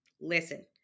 Listen